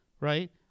right